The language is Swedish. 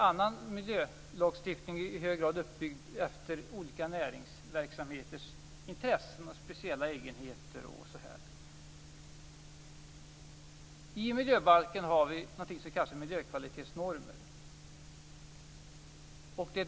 Annan miljölagstiftning är i hög grad uppbyggd efter olika näringsverksamheters intressen, speciella egenheter osv. I miljöbalken har vi någonting som kallas för miljökvalitetsnormer.